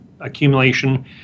accumulation